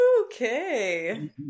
okay